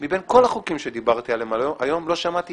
כל החוקים שדיברתי עליהם היום לא שמעתי